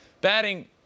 batting